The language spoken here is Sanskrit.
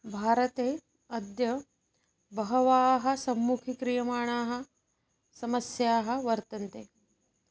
भारते अद्य बह्व्यः सम्मुखीक्रियमाणाः समस्याः वर्तन्ते